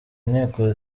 inteko